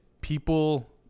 People